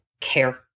care